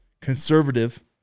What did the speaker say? conservative